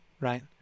right